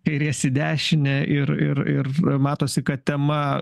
kairės į dešinę ir ir ir matosi kad tema